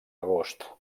agost